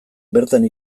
bertan